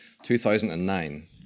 2009